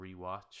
rewatch